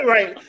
Right